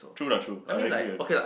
true lah true I agree I agree